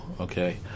okay